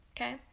okay